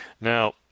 Now